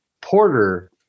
Porter